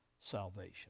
salvation